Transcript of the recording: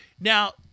Now